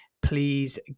please